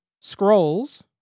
scrolls